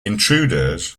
intruders